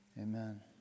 Amen